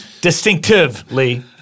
Distinctively